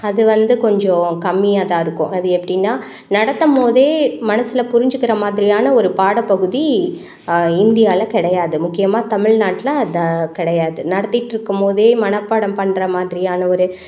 அது வந்து கொஞ்சம் கம்மியாக தான் இருக்கும் அது எப்படினா நடத்தும் போதே மனசில் புரிஞ்சுக்கிற மாதிரியான ஒரு பாடப்பகுதி இந்தியாவில் கிடையாது முக்கியமாக தமிழ்நாட்டுல அது கிடையாது நடத்திட்டு இருக்கும் போதே மனப்பாடம் பண்ணுற மாதிரியான ஒரு